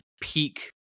peak